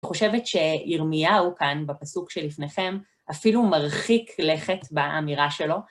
אני חושבת שירמיהו כאן, בפסוק שלפניכם, אפילו מרחיק לכת באמירה שלו.